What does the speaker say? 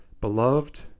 beloved